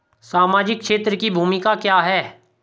सामाजिक क्षेत्र की भूमिका क्या है?